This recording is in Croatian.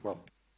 Hvala.